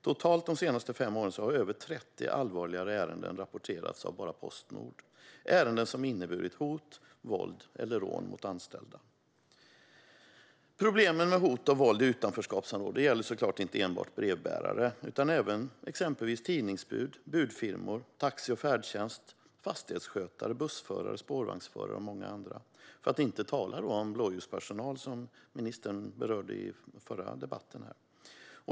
Totalt har de senaste fem åren över 30 allvarligare ärenden rapporterats av bara Postnord - ärenden som inneburit hot, våld eller rån mot anställda. Problemen med hot och våld i utanförskapsområden gäller såklart inte enbart brevbärare utan även exempelvis tidningsbud, budfirmor, taxi, färdtjänst, fastighetsskötare, bussförare, spårvagnsförare och många andra, för att inte tala om blåljuspersonal, som ministern berörde i förra debatten.